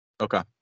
Okay